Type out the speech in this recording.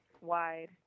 wide